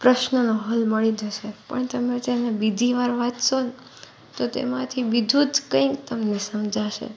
પ્રશ્નનો હલ મળી જાય છે પણ તમે તેને બીજી વાર વાંચશો તો તેમાંથી બીજું જ કંઈ તમને સમજાશે